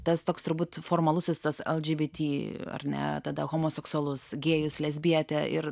tas toks turbūt formalusis tas lgbt ar ne tada homoseksualus gėjus lesbietė ir